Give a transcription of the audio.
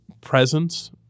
presence